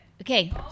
Okay